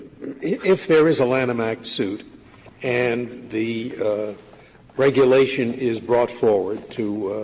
if there is a lanham act suit and the regulation is brought forward to